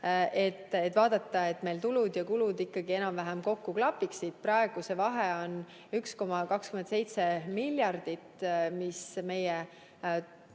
vaadata, et meil tulud ja kulud ikkagi enam-vähem kokku klapiksid. Praegu see vahe on 1,27 miljardit, mis meie